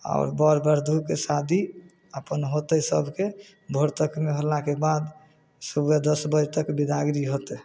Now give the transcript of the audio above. आओर वर वधूके शादी अपन होतै सबके भोर तकमे होलाके बाद सुबह दस बजे तक बिदागरी होतै